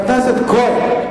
חבר הכנסת כהן.